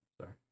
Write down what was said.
Sorry